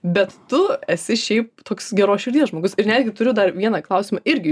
bet tu esi šiaip toks geros širdies žmogus ir netgi turiu dar vieną klausimą irgi